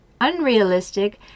unrealistic